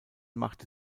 machte